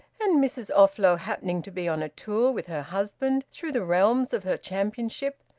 and mrs offlow happening to be on a tour with her husband through the realms of her championship,